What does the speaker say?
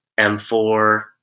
M4